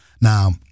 Now